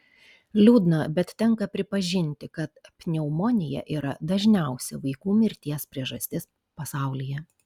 liūdna bet tenka pripažinti kad pneumonija yra dažniausia vaikų mirties priežastis pasaulyje